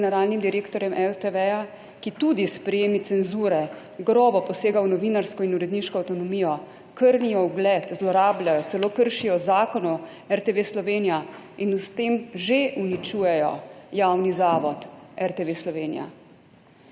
generalnim direktorjem RTV, ki tudi s prijemi cenzure grobo posega v novinarsko in uredniško avtonomijo, krnijo ugled, zlorabljajo, celo kršijo Zakon o RTV Slovenija in s tem že uničujejo javni zavod RTV Slovenija?